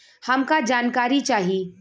हमका जानकारी चाही?